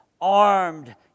armed